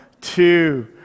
two